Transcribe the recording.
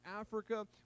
Africa